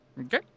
Okay